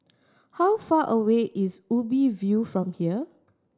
how far away is Ubi View from here